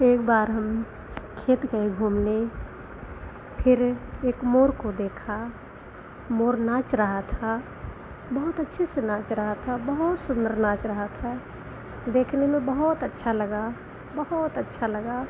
एक बार हम खेत गए घूमने फिर एक मोर को देखा मोर नाच रहा था बहुत अच्छे से नाच रहा था बहुत सुन्दर नाच रहा था देखने में बहुत अच्छा लगा बहुत अच्छा लगा